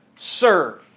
serve